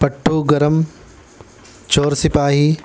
پٹھو گرم چور سپاہی